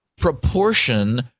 proportion